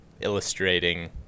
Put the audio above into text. illustrating